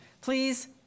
please